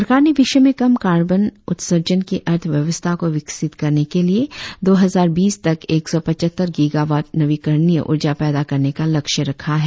सरकार ने विश्व में कम कार्बन उत्सर्जन की अर्थव्यवस्था को विकसित करने के लिए दो हजार बीस तक एक सौ पचहत्तर गीगावॉट नवीकरणीय ऊर्जा पैदा करने का लक्ष्य रखा है